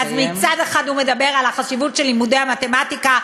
אז מצד אחד הוא מדבר על החשיבות של לימודי המתמטיקה,